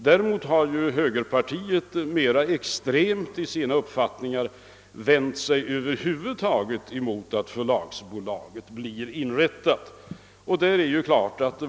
Däremot har högerpartiet — mera extremt i sina uppfattningar — vänt sig mot att förlagsbolaget alls blir inrättat.